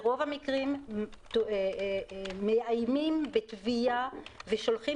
ברוב המקרים מאיימים בתביעה ושולחים